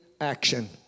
action